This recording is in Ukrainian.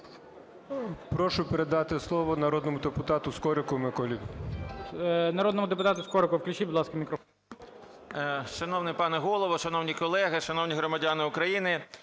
Прошу передати слово народному депутату Скорику Миколі. ГОЛОВУЮЧИЙ. Народному депутату Скорику включіть, будь ласка, мікрофон.